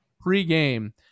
pre-game